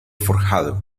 forjado